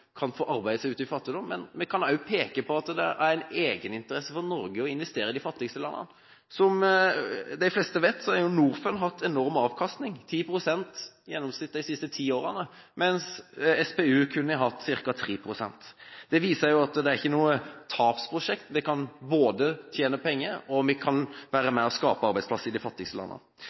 arbeide seg ut av fattigdom, men vi kan også peke på at det er en egeninteresse for Norge å investere i de fattigste landene. Som de fleste vet, har Norfund hatt enorm avkastning – 10 pst. i gjennomsnitt de siste ti årene – mens SPU kun har hatt ca. 3 pst. Det viser at dette er ikke noe tapsprosjekt – det kan både tjene penger og være med på å skape arbeidsplasser i de fattigste